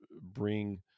bring